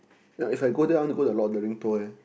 ya if I go there I want to go to the Lord-of-the-Rings tour leh